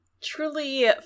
Truly